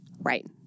Right